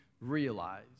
realize